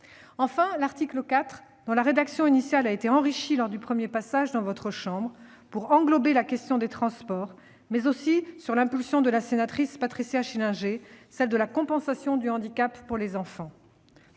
enfin, à l'article 4, dont la rédaction initiale a été enrichie lors de la première lecture au Sénat pour englober la question des transports, mais aussi, sur l'initiative de la sénatrice Patricia Schillinger, celle de la compensation du handicap pour les enfants.